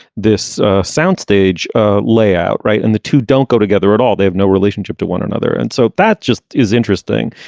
this soundstage ah layout. right. and the two don't go together at all. they have no relationship to one another. and so that just is interesting.